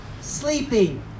sleeping